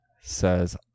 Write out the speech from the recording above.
says